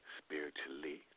spiritually